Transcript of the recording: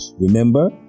Remember